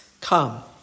Come